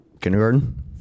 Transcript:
Kindergarten